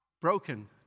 broken